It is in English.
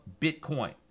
Bitcoin